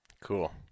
Cool